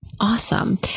Awesome